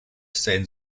sein